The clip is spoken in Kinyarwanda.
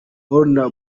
warner